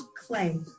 clay